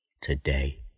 today